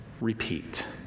repeat